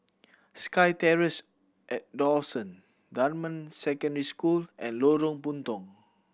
SkyTerrace at Dawson Dunman Secondary School and Lorong Puntong